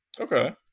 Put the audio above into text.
Okay